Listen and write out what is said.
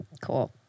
cool